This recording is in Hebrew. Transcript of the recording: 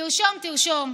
תרשום, תרשום: